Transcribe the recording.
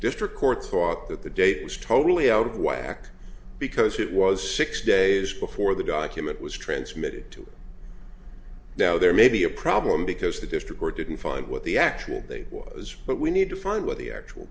district court thought that the date was totally out of whack because it was six days before the document was transmitted to now there may be a problem because the district court didn't follow what the actual date was but we need to find what the actual